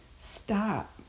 Stop